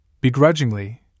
Begrudgingly